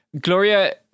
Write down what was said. Gloria